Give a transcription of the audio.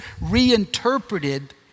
reinterpreted